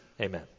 amen